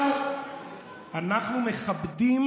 אנחנו מכבדים